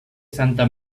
santa